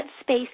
space